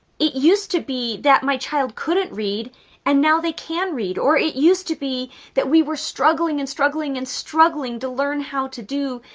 it used to be that my child couldn't read and now they can read. or it used to be that we were struggling and struggling and struggling to learn how to do,